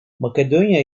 makedonya